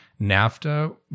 NAFTA